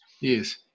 Yes